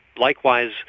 Likewise